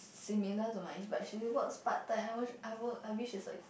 similar to mine but she works part-time I work I work I wish it's like